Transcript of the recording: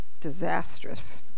disastrous